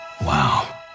Wow